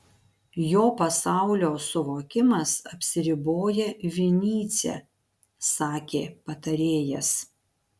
jo pasaulio suvokimas apsiriboja vinycia sakė patarėjas